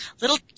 little